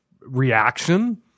reaction